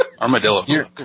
Armadillo